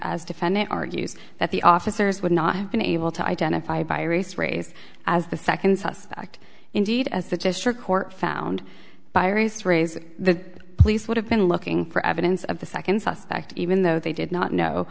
as defendant argues that the officers would not have been able to identify by race race as the second suspect indeed as the court found by race raising police would have been looking for evidence of the second suspect even though they did not know